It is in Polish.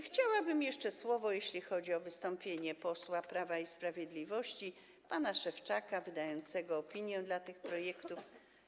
Chciałabym jeszcze słowo, jeśli chodzi o wystąpienie posła Prawa i Sprawiedliwości pana Szewczaka wydającego opinię co do tych projektów.